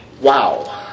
Wow